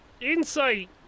Insight